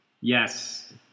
yes